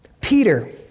Peter